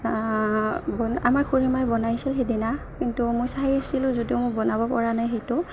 আমাৰ খুৰীমাই বনাইছিল সেইদিনা কিন্তু মই চাই আছিলোঁ যদিও মোৰ বনাব পৰা নাই সেইটো